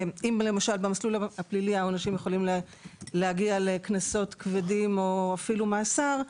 אם במסלול הפלילי העונשים יכולים להגיע לקנסות כבדים או אפילו מאסר,